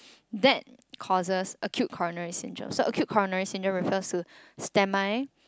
that causes acute coronary syndrome so acute coronary syndrome refers to semi